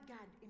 God